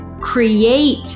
create